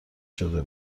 شده